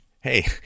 Hey